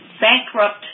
bankrupt